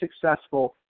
successful